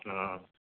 हँ